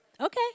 okay